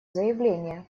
заявление